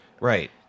Right